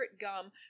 gum